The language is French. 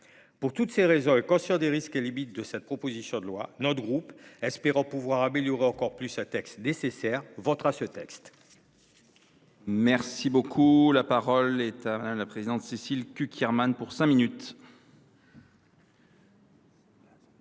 Pour toutes ces raisons, et conscient des risques et limites de cette proposition de loi, notre groupe, espérant pouvoir améliorer encore plus un texte nécessaire, la votera.